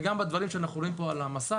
גם בדברים שאנחנו רואים פה על המסך,